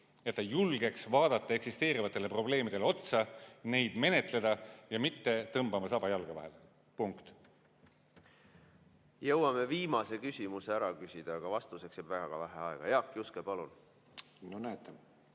et ta julgeks vaadata eksisteerivatele probleemidele otsa, neid menetleda ja mitte tõmmata saba jalge vahele. Punkt. Jõuame viimase küsimuse ära küsida, aga vastuseks jääb väga vähe aega. Jaak Juske, palun! Jõuame